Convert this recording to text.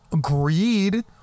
greed